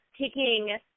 taking